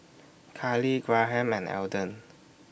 Karly Graham and Elden